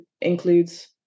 includes